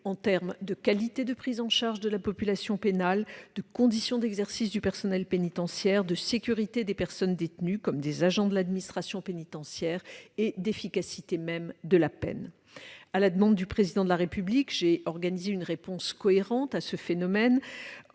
-en termes de qualité de prise en charge de la population pénale, de conditions d'exercice du personnel pénitentiaire, de sécurité des personnes détenues comme des agents de l'administration pénitentiaire, et d'efficacité même de la peine. À la demande du Président de la République, j'ai organisé une réponse cohérente à ce phénomène